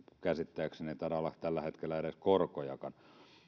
käsittääkseni ei taida olla tällä hetkellä edes korkojakaan